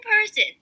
person